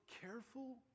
careful